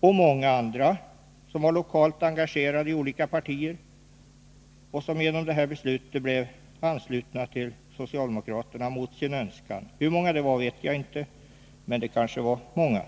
Och hur många andra som var lokalt engagerade i olika partier och som genom detta beslut blev anslutna till socialdemokraterna mot sin önskan vet jag inte, men det var kanske många.